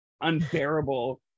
unbearable